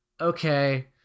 okay